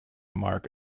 mark